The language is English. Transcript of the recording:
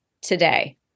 today